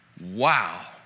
wow